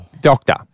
Doctor